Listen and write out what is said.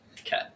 Okay